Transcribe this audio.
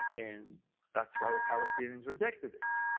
and that's why the palestinians rejected it.